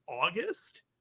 August